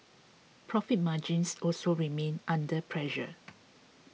profit margins also remained under pressure